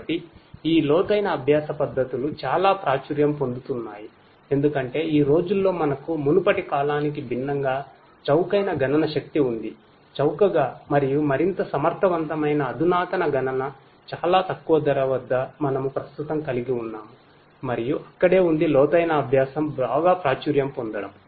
కాబట్టి ఈ లోతైన అభ్యాస పద్ధతులు చాలా ప్రాచుర్యం పొందుతున్నాయి ఎందుకంటే ఈ రోజుల్లో మనకు మునుపటి కాలానికి భిన్నంగా చౌకైన గణన శక్తి ఉంది చౌకగా మరియు మరింత సమర్థవంతమైన అధునాతన గణన చాలా తక్కువ ధర వద్ద మనము ప్రస్తుతం కలిగి ఉన్నాము మరియు అక్కడే ఉంది లోతైన అభ్యాసం బాగా ప్రాచుర్యం పొందడం